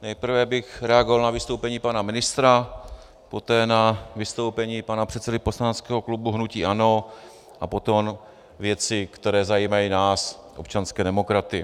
Nejprve bych reagoval na vystoupení pana ministra, poté na vystoupení pana předsedy poslaneckého klubu hnutí ANO a potom věci, které zajímají nás občanské demokraty.